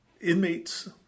inmates